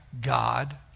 God